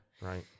Right